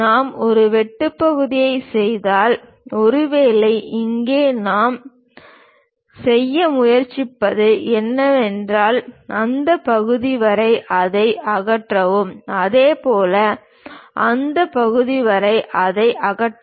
நாம் ஒரு வெட்டு பகுதியை செய்தால் ஒருவேளை இங்கே நாம் செய்ய முயற்சிப்பது என்னவென்றால் அந்த பகுதி வரை அதை அகற்றவும் அதேபோல் அந்த பகுதி வரை அதை அகற்றவும்